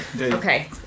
Okay